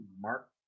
Mark